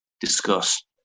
discuss